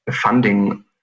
funding